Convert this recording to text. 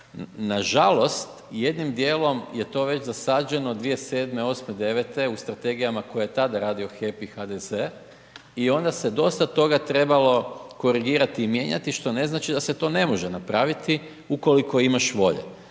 nažalost, jednim dijelom je to već zasađeno 2007., 2008., 2009. u strategijama koje je tada radio HEP i HDZ i onda se dosta toga trebalo korigirati i mijenjati, što ne znači da se to ne može napraviti ukoliko imaš volje.